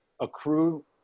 accrue